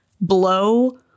blow